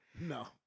No